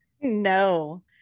No